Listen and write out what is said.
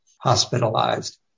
hospitalized